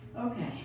Okay